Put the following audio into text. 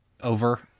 over